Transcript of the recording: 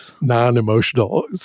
non-emotional